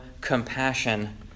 compassion